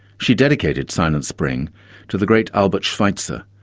she dedicated silent spring to the great albert schweitzer,